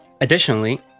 Additionally